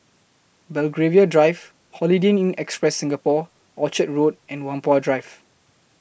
Belgravia Drive Holiday Inn Express Singapore Orchard Road and Whampoa Drive